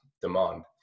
demand